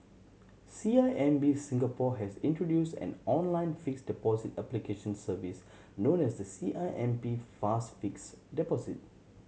C I M B Singapore has introduced an online fixed deposit application service known as the C I M B Fast Fixed Deposit